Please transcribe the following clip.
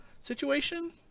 situation